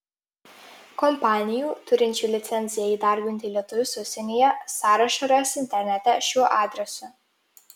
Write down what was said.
kompanijų turinčių licenciją įdarbinti lietuvius užsienyje sąrašą rasi internete šiuo adresu